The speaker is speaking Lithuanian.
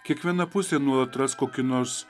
kiekviena pusė nuolat ras kokį nors